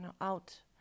out